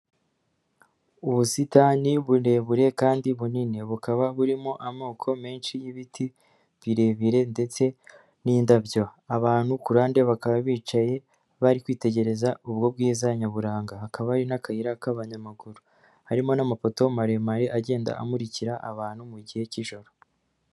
Ubusitani burebure kandi bunini bukaba burimo amoko menshi y'ibiti birebire ndetse n'indabyo, abantu ku ruhande bakaba bicaye bari kwitegereza ubwo bwiza nyaburanga hakaba hari n'akayira k'abanyamaguru, harimo n'amapoto maremare agenda amurikira abantu mu gihe cy'ijoro.